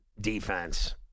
defense